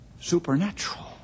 supernatural